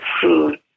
food